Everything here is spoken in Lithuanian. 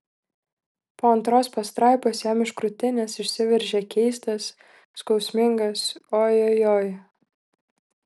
po antros pastraipos jam iš krūtinės išsiveržė keistas skausmingas ojojoi